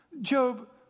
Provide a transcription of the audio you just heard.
Job